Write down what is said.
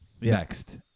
Next